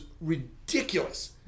ridiculous